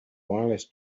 wireless